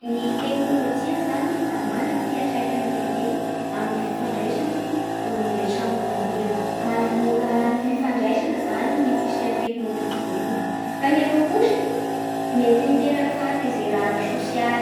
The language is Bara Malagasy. Ny teknolojia zany da manana fiantraikany lehibe amin'ny fifandraisan'ny olombelo samy olombelo, manamora ny fifandraisana zany ny fisiann'io teknolijia io, kanefa kosany mety miteraky fahatezera ara-tsosialy;